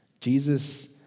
Jesus